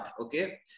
okay